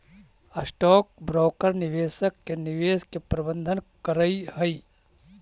stock broker निवेशक के निवेश के प्रबंधन करऽ हई